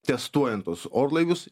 testuojant tuos orlaivius